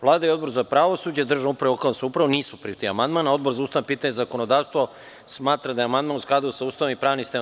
Vlada i Odbor za pravosuđe, državnu upravu i lokalnu samoupravu nisu prihvatili amandman, a Odbor za ustavna pitanja i zakonodavstvo smatra da je amandman u skladu sa Ustavom i pravnim sistemom.